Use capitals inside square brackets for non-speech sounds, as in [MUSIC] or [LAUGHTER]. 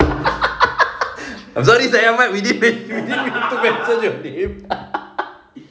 [LAUGHS] sorry syed ahmad we didn't mean to mention your name [LAUGHS]